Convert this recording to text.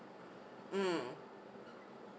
mm